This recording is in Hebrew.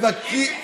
keep it